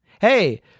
Hey